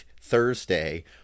Thursday